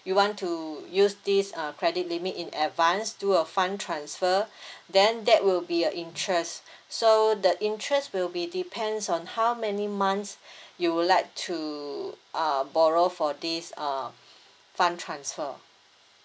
you want to use this uh credit limit in advance do a fun transfer then that will be a interest so the interest will be depends on how many months you would like to uh borrow for this uh fund transfer